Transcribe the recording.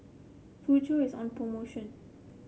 Futuro is on promotion